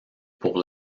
pour